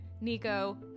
Nico